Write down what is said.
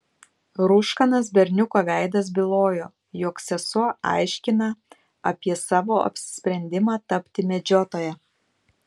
rūškanas berniuko veidas bylojo jog sesuo aiškina apie savo apsisprendimą tapti medžiotoja